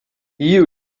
you